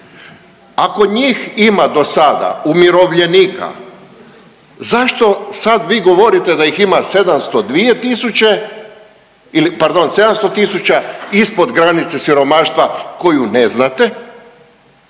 Ako njih ima dosada umirovljenika zašto sad vi govorite da ih ima 702 tisuće ili, pardon 700 tisuća ispod granice siromaštva koju ne znate,